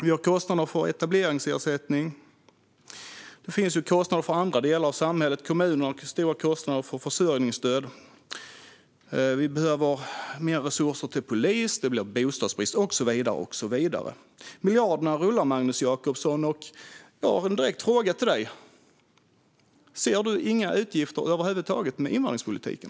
Vi har kostnader för etableringsersättning och kostnader för andra delar av samhället. Kommuner har stora kostnader för försörjningsstöd, vi behöver mer resurser till polis, det blir bostadsbrist och så vidare. Miljarderna rullar, Magnus Jacobsson, och jag har en direkt fråga till dig: Ser du inga utgifter över huvud taget för invandringspolitiken?